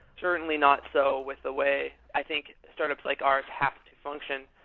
certainly not so with the way i think startups like ours have to function.